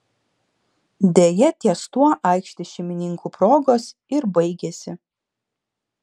deja ties tuo aikštės šeimininkų progos ir baigėsi